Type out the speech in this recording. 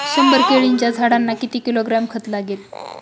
शंभर केळीच्या झाडांना किती किलोग्रॅम खत लागेल?